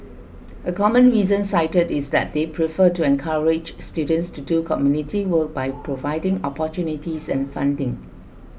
a common reason cited is that they prefer to encourage students to do community work by providing opportunities and funding